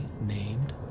named